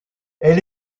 elle